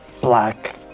black